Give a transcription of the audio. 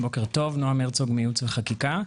נעם הרצוג מייעוץ וחקיקה.